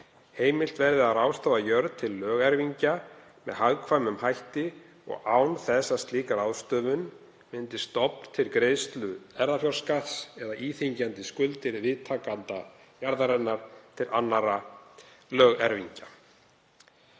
Heimilt verði að ráðstafa jörð til lögerfingja með hagkvæmum hætti og án þess að slík ráðstöfun myndi stofn til greiðslu erfðafjárskatts eða íþyngjandi skuldir viðtakanda jarðarinnar til annarra lögerfingja.“